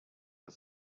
was